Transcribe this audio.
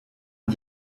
est